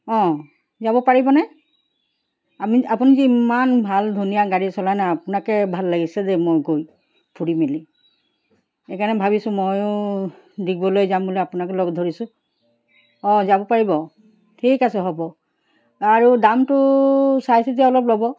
অঁ যাব পাৰিবনে আপুনি যেি ইমান ভাল ধুনীয়া গাড়ী চলাই নহয় আপোনাকে ভাল লাগিছে যে মই গৈ ফুৰি মেলি সেইকাৰণে ভাবিছোঁ ময়ো ডিগবলৈ যাম বুলি আপোনাকে লগ ধৰিছোঁ অঁ যাব পাৰিব ঠিক আছে হ'ব আৰু দামটো চাইচিতি অলপ ল'ব